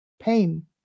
pain